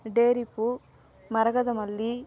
டேரி பூ மரகத மல்லி